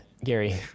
Gary